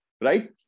right